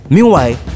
Meanwhile